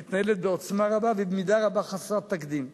היא מתנהלת בעוצמה רבה ובמידה רבה חסרת תקדים.